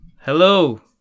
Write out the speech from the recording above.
Hello